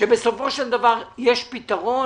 שבסופו של דבר יש פתרון